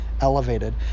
elevated